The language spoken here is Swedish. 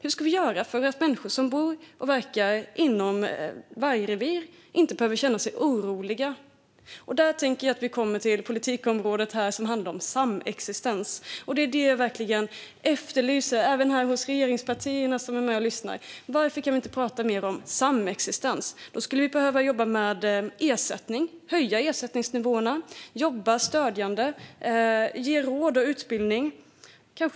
Hur ska vi göra för att människor som bor och verkar inom vargrevir inte ska behöva känna sig oroliga? Där kommer vi till det politikområde som handlar om samexistens. Det är verkligen detta jag efterlyser, även hos de regeringspartier som är här och lyssnar. Varför kan vi inte prata mer om samexistens? Då skulle vi behöva jobba med ersättning och höja ersättningsnivåerna, jobba stödjande samt ge råd och utbildning.